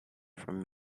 from